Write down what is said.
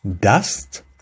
Dust